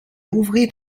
ouvrit